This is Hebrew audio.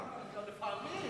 טובה?